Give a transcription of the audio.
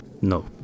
No